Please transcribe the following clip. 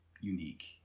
unique